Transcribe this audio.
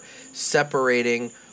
separating